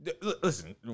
Listen